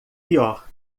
pior